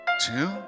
two